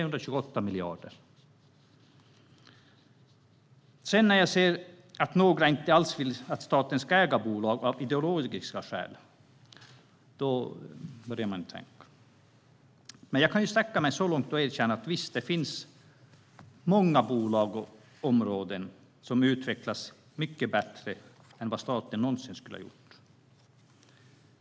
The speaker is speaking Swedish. Några vill av ideologiska skäl att staten inte alls ska äga bolag. Och jag kan sträcka mig så långt och erkänna att visst, det finns de som utvecklar många sorters bolag på ett betydligt bättre sätt än vad staten någonsin skulle ha gjort.